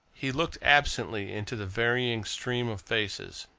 he looked absently into the varying stream of faces,